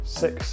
six